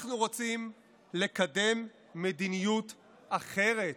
אנחנו רוצים לקדם מדיניות אחרת,